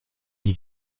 die